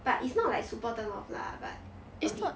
but it's not like super turn off lah but a bit